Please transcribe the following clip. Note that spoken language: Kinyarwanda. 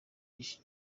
iki